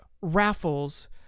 raffles